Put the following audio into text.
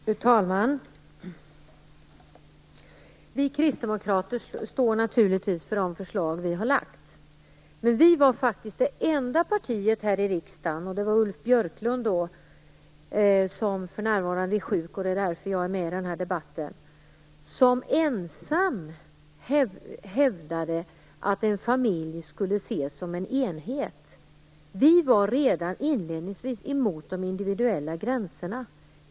Fru talman! Vi kristdemokrater står naturligtvis för de förslag vi har lagt fram. Kristdemokraterna var faktiskt det enda partiet här i riksdagen. Ulf Björklund hävdade ensam att en familj skulle ses som en enhet. Han är för närvarande sjuk, och det är därför jag är med i den här debatten. Vi kristdemokrater var redan inledningsvis emot de individuella gränserna.